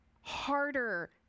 harder